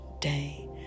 day